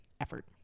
effort